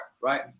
right